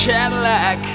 Cadillac